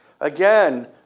Again